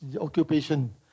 occupation